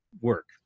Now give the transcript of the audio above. work